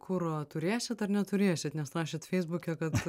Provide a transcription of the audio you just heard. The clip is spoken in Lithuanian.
kuro turėsit ar neturėsit nes rašėt feisbuke kad